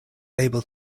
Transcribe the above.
able